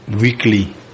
weekly